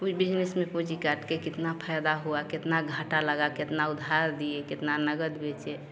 कोई बिजनिस में पूंजी काट कर कितना फायदा हुआ कितना घाटा लगा कितना उधार दिए कितना नगद बेचें